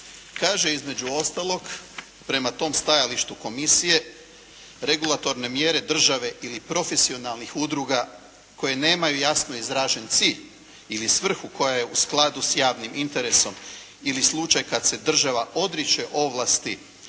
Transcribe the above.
kaže između ostalog prema tom stajalištu komisije, regulatorne mjere države ili profesionalnih udruga koje nemaju jasno izražen cilj ili svrhu koja je u skladu s javnim interesom ili slučaj kad se država odriče ovlasti